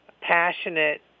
passionate